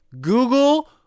Google